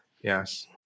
Yes